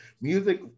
Music